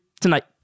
tonight